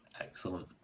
Excellent